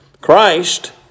Christ